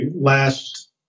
last